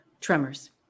Tremors